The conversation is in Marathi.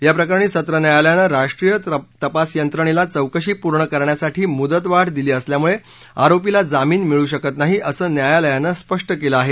या प्रकरणी सत्र न्यायालयानं राष्ट्रीय तपास यंत्रणेला चौकशी पूर्ण करण्यासाठी मुदतवाढ दिली असल्यामुळे आरोपीला जामिन मिळू शकत नाही असं न्यायालयानं स्पष्ट केलं आहे